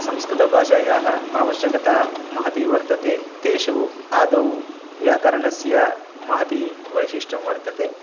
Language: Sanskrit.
संस्कृतभाषायाः आवश्यकता महती वर्तते तेषु आदौ व्याकरणस्य महती वैशिष्ट्यं वर्तते